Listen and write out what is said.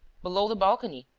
below the balcony,